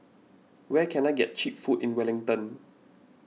where can I get Cheap Food in Wellington